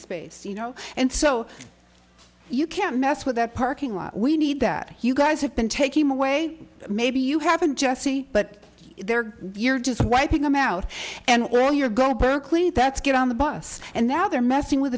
space you know and so you can't mess with that parking lot we need that you guys have been taking away maybe you haven't jesse but they're your does wiping them out and well you're going to berkeley that's get on the bus and now they're messing with